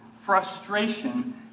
frustration